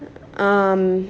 um